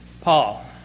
Paul